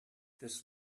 des